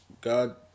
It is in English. God